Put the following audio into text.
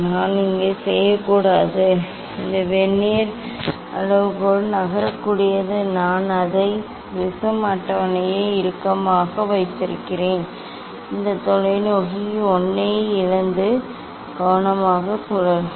நான் செய்ய கூடாது இந்த வெர்னியர் அளவுகோல் நகரக்கூடாது நான் அதை ப்ரிஸம் அட்டவணையை இறுக்கமாக வைத்திருக்கிறேன் இந்த தொலைநோக்கி 1 ஐ இழந்து கவனமாக சுழற்றுவேன்